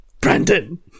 Brandon